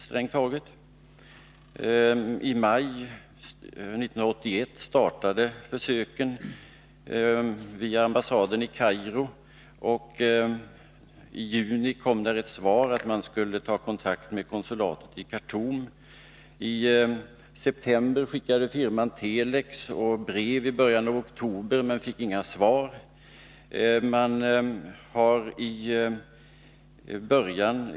I maj 1981 startades försök via ambassaden i Kairo, och i juni kom det ett svar att man skulle ta kontakt med konsulatet i Khartoum. I september skickade firman telex och i början av oktober skickade man brev, men fick inga svar.